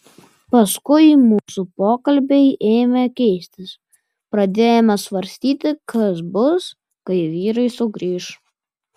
paskui mūsų pokalbiai ėmė keistis pradėjome svarstyti kas bus kai vyrai sugrįš